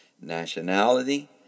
Nationality